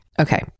okay